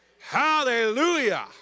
Hallelujah